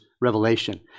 revelation